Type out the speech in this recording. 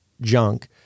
junk